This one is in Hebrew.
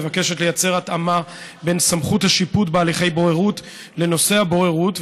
מבקשת לייצר התאמה בין סמכות השיפוט בהליכי בוררות לנושא הבוררות,